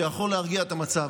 שיכול להרגיע את המצב.